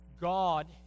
God